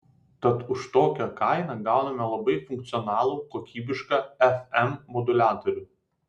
tad už tokią kainą gauname labai funkcionalų kokybišką fm moduliatorių